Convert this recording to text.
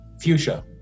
Fuchsia